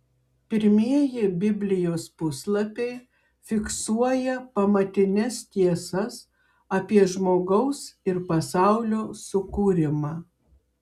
pirmieji biblijos puslapiai fiksuoja pamatines tiesas apie žmogaus ir pasaulio sukūrimą